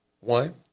One